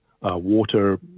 water